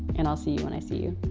and i'll see you when i see you.